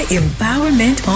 empowerment